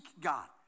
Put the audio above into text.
God